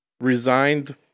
resigned